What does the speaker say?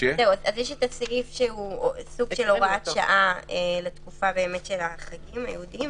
יש את הסעיף שהוא סוג של הוראת שעה לתקופה של החגים היהודיים.